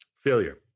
Failure